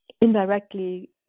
indirectly